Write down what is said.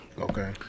Okay